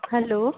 hello